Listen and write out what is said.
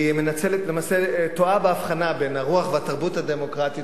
היא למעשה טועה בהבחנה בין הרוח והתרבות הדמוקרטית